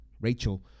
Rachel